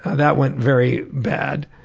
that went very bad,